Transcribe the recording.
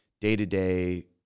day-to-day